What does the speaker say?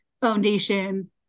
foundation